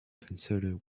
concerto